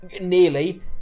nearly